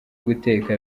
guteka